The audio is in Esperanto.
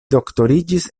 doktoriĝis